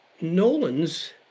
Nolan's